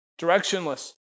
directionless